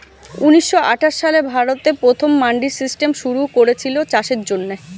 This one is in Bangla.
ঊনিশ শ আঠাশ সালে ভারতে প্রথম মান্ডি সিস্টেম শুরু কোরেছিল চাষের জন্যে